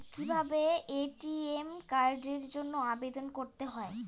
কিভাবে এ.টি.এম কার্ডের জন্য আবেদন করতে হয়?